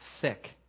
thick